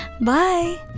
Bye